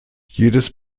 jedes